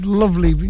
lovely